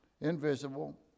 invisible